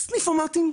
יש סניפומטים,